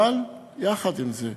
אבל יחד עם זאת,